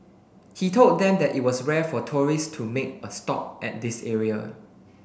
he told them that it was rare for tourists to make a stop at this area